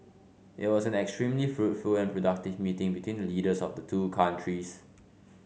it was an extremely fruitful and productive meeting between the leaders of the two countries